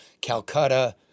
Calcutta